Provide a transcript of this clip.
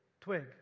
twig